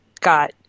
got